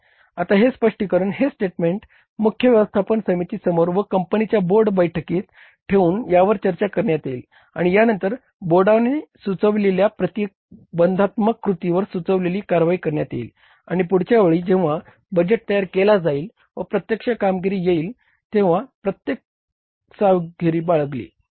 आता हे स्पष्टीकरण हे स्टेटमेंट मुख्य व्यवस्थापन समिती समोर व कंपनीच्या बोर्ड बैठकीत ठेवून यावर चर्चा करण्यात येईल आणि त्यांनतर बोर्डाने सुचवलेल्या प्रतिबंधात्मक कृतीवर सुचवलेले कार्यवाही करण्यात येईल आणि पुढच्या वेळी जेंव्हा बजेट तयार केला जाईल व प्रत्यक्ष कामगिरी येईल तेव्हा प्रत्येक सावधगिरी बाळगली